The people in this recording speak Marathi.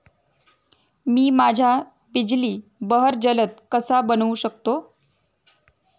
मी माझ्या बिजली बहर जलद कसा बनवू शकतो?